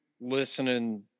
listening